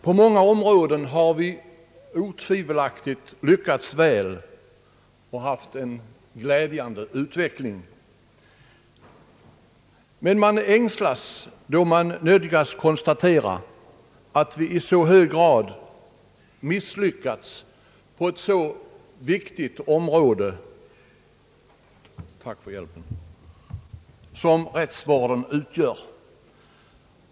På många områden har vi otvivelaktigt lyckats väl och haft en glädjande utveckling. Men man ängslas då man nödgas konstatera att vi i så hög grad misslyckats på ett så viktigt område som rättsvården utgör.